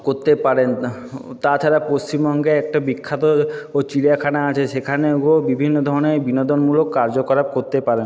করতে পারেন ও তাছাড়া পশ্চিমবঙ্গে একটা বিখ্যাত ও চিড়িয়াখানা আছে সেখানেও বিভিন্ন ধরনের বিনোদনমূলক কার্যকলাপ করতে পারেন